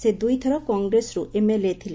ସେ ଦୁଇ ଥର କଂଗ୍ରେସରୁ ଏମ୍ଏଲ୍ଏ ଥିଲେ